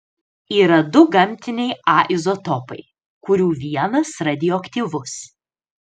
yra du gamtiniai a izotopai kurių vienas radioaktyvus